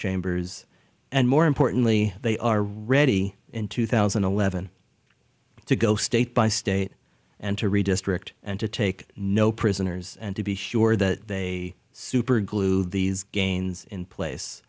chambers and more importantly they are ready in two thousand and eleven to go state by state and to redistrict and to take no prisoners and to be sure that they superglued these gains in place